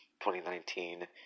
2019